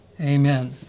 Amen